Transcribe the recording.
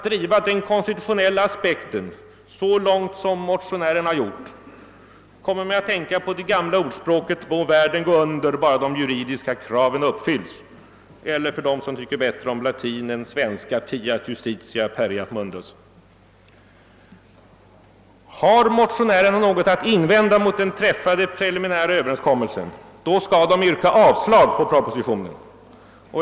När den konstitutionella aspekten drivs så långt som motionärerna har drivit den kommer jag att tänka på det gamla ordspråket »Må världen gå under, bara de juridiska kraven uppfylls!» — eller, för dem som tycker bättre om latin än om svenska »Fiat justitia, pereat mundus». Har motionärerna något att invända mot den träffade preliminära Överenskommelsen, bör de yrka avslag på propositionen.